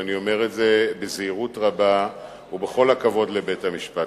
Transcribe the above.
ואני אומר את זה בזהירות רבה ובכל הכבוד לבית-המשפט.